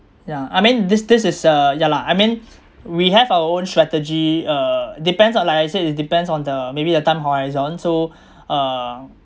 yeah I mean this this is uh ya lah I mean we have our own strategy uh depends on like I said it depends on the maybe the time horizon so uh